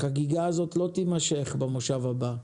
החגיגה הזאת לא תמשך במושב הבא,